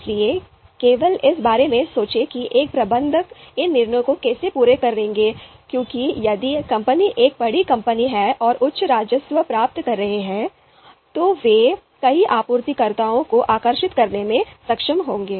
इसलिए केवल इस बारे में सोचें कि एक प्रबंधक इन निर्णयों को बनाने के बारे में कैसे जाएगा क्योंकि यदि कंपनी एक बड़ी कंपनी है और उच्च राजस्व प्राप्त कर रही है तो वे कई आपूर्तिकर्ताओं को आकर्षित करने में सक्षम होंगे